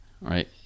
right